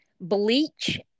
bleach